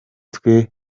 twe